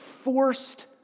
Forced